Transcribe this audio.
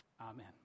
amen